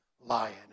lion